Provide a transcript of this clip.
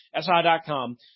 si.com